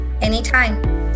anytime